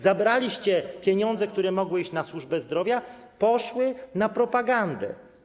Zabraliście pieniądze, które mogły iść na służbę zdrowia, a poszły na propagandę.